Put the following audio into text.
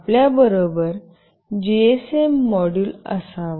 आपल्याबरोबर GSM module असावा